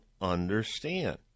understand